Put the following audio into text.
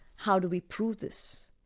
how do we prove this?